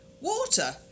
Water